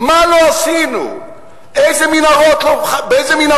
מה לא עשינו, באיזה מנהרות לא חפרנו.